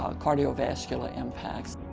ah cardiovascular impacts.